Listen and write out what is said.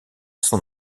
son